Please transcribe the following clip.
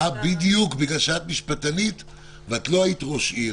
בגלל שאת משפטנית ולא היית ראש עיר